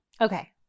Okay